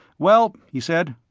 well, he said,